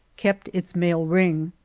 kept its male ring,